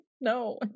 No